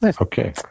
Okay